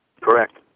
Correct